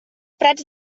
prats